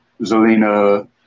Zelina